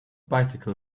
bicycle